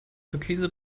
türkise